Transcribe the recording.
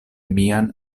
mian